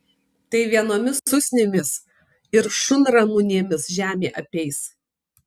tai vienomis usnimis ir šunramunėmis žemė apeis